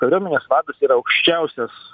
kariuomenės vadas yra aukščiausios